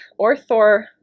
orthor